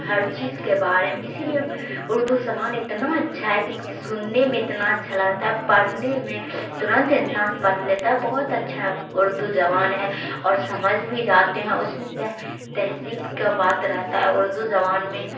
ہر چیز کے بارے میں اسی لیے اردو زبان اتنا اچھا ہے کہ اس کی سننے میں اتنا اچھا لگتا ہے پرھنے میں ترنت انسان پڑھ لیتا ہے بہت اچھا اردو زبان ہے اور سمجھ بھی جاتے ہیں اس میں تہذیب کا بات رہتا ہے اردو زبان میں